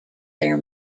their